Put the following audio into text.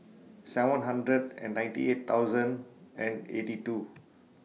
seven hundred and ninety eight thousand and eighty two